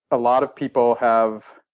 a lot of people have